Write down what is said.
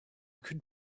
could